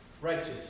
Righteous